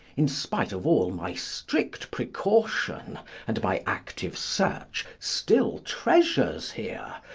in spite of all my strict precaution and my active search, still treasures here,